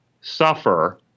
suffer